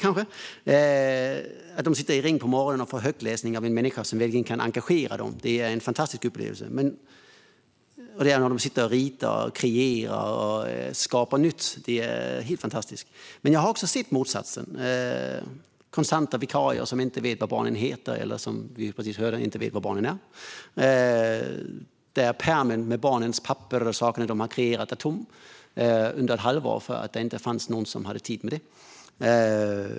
Att de sitter i ring på morgonen och får högläsning av en människa som verkligen kan engagera dem är en fantastisk upplevelse, liksom att se dem rita och skapa nytt. Men jag har också sett motsatsen. Ständiga vikarier som inte vet vad barnen heter - eller, som vi precis hörde, var barnen är. Pärmen med barnens papper och saker de skapat är tom i ett halvår därför att det inte finns någon som har tid med det.